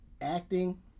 Acting